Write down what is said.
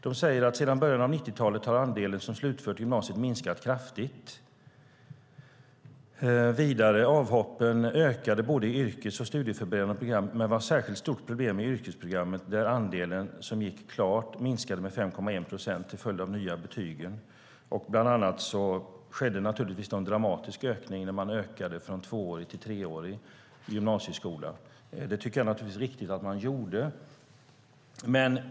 Man säger att sedan början av 90-talet har andelen som slutfört gymnasiet minskat kraftigt. Vidare säger man att avhoppen ökade i både yrkes och studieförberedande program men var ett särskilt stort problem i yrkesprogrammet, där andelen som gick klart minskade med 5,1 procent till följd av de nya betygen. Bland annat skedde det en dramatisk ökning när man ökade från tvåårig till treårig gymnasieskola. Jag tycker naturligtvis att det var riktigt att man gjorde det.